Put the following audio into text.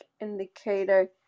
indicator